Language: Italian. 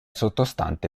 sottostante